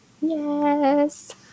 Yes